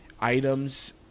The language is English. items